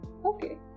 Okay